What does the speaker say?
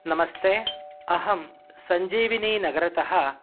नमस्ते अहं सञ्जीविनीनगरतः